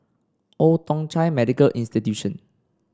Old Thong Chai Medical Institution